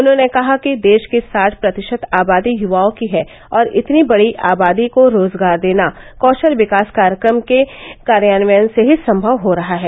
उन्होंने कहा कि देष की साठ प्रतिषत आबादी युवाओं की है और इतनी बड़ी आबादी को रोजगार देना कौषल विकास योजना के कार्यान्वयन से ही सम्भव हो रहा है